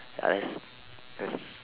I just I just